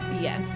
Yes